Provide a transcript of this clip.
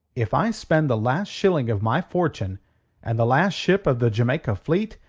if i spend the last shilling of my fortune and the last ship of the jamaica fleet,